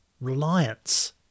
reliance